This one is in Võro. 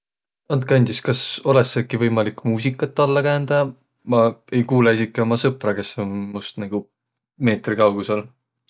Andkõq andis, kas olõs äkki võimalik muusikat alla käändäq? Ma ei kuulõq esiki umma sõpra, kes om must nigu meetri kaugusõl.